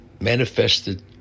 manifested